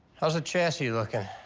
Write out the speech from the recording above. how's the chassis looking?